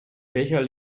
welcher